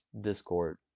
Discord